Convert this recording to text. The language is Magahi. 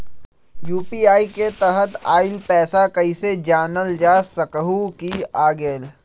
यू.पी.आई के तहत आइल पैसा कईसे जानल जा सकहु की आ गेल?